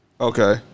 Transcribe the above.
Okay